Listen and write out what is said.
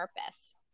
purpose